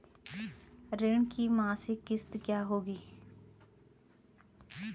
ऋण की मासिक किश्त क्या होगी?